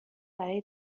برای